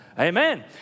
Amen